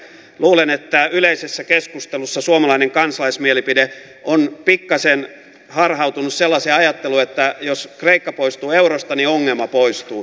luulen että yleisessä keskustelussa suomalainen kansalaismielipide on pikkasen harhautunut sellaiseen ajatteluun että jos kreikka poistuu eurosta niin ongelma poistuu